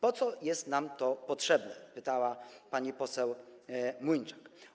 Do czego jest nam to potrzebne - pytała pani poseł Młyńczak.